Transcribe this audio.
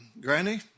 Granny